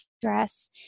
dress